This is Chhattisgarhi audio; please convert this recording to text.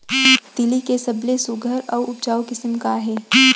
तिलि के सबले सुघ्घर अऊ उपजाऊ किसिम का हे?